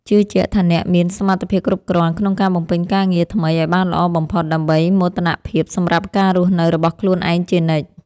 ជឿជាក់ថាអ្នកមានសមត្ថភាពគ្រប់គ្រាន់ក្នុងការបំពេញការងារថ្មីឱ្យបានល្អបំផុតដើម្បីមោទនភាពសម្រាប់ការរស់នៅរបស់ខ្លួនឯងជានិច្ច។